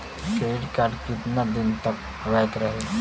Credit card कितना दिन तक वैध रही?